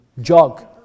jog